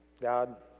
God